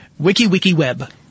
WikiWikiWeb